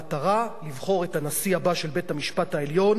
לבחור את הנשיא הבא של בית-המשפט העליון